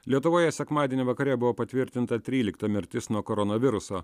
lietuvoje sekmadienį vakare buvo patvirtinta trylikta mirtis nuo koronaviruso